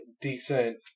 decent